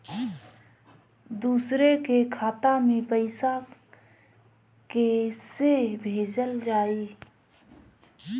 दूसरे के खाता में पइसा केइसे भेजल जाइ?